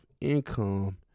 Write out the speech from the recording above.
income